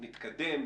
נתקדם,